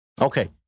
Okay